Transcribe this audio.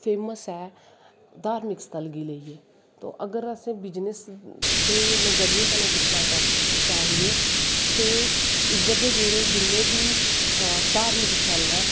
famous ऐ धार्मिक स्थल स्थल गी लेईयै अगर अस बिजनस दे नजरिये कन्नै दिक्खना चाह्चे ते इध्दर दे जेह्ड़े जिन्ने बी धार्मिक स्थल ऐ